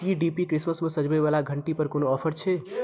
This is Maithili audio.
की डी पी क्रिसमसमे सजबयवला घंटी पर कोनो ऑफर छै